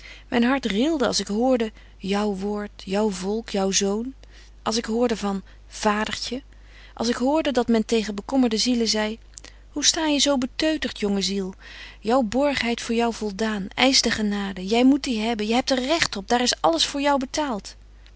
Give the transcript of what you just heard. myn hart rilde als ik hoorde jou woord jou volk jou zoon als ik hoorde van vadertje als ik hoorde dat men tegen bekommerde zielen zei hoe sta je zo beteutert jonge ziel jou borg heit voor jou voldaan eisch de genade jy moet die hebben jy hebt er recht op daar is alles voor jou betaalt